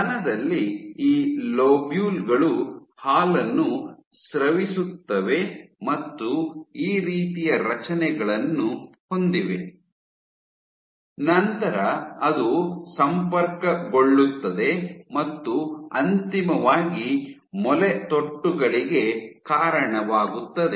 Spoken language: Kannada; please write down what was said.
ಸ್ತನದಲ್ಲಿ ಈ ಲೋಬ್ಯುಲ್ ಗಳು ಹಾಲನ್ನು ಸ್ರವಿಸುತ್ತವೆ ಮತ್ತು ಈ ರೀತಿಯ ರಚನೆಗಳನ್ನು ಹೊಂದಿವೆ ನಂತರ ಅದು ಸಂಪರ್ಕಗೊಳ್ಳುತ್ತದೆ ಮತ್ತು ಅಂತಿಮವಾಗಿ ಮೊಲೆತೊಟ್ಟುಗಳಿಗೆ ಕಾರಣವಾಗುತ್ತದೆ